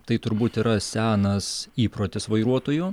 tai turbūt yra senas įprotis vairuotojų